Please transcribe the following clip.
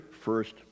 first